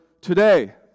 today